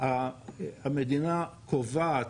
המדינה קובעת,